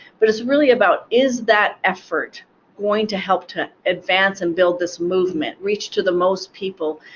but it's really about, is that effort going to help to advance and build this movement, reach to the most people,